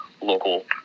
local